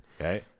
Okay